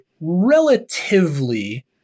relatively